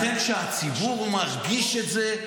לכן, כשהציבור מרגיש את זה,